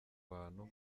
bantu